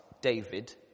David